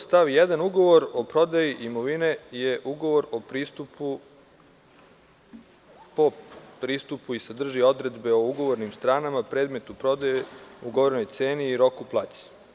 Stav 1. ugovor o prodaji imovine je ugovor po pristupu i sadrži odredbe o ugovornim stranama, predmetu prodaje, ugovorenoj ceni i roku plaćanja.